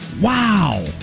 Wow